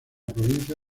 provincia